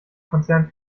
konzern